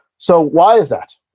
so, why is that?